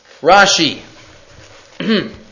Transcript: Rashi